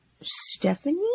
Stephanie